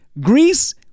Greece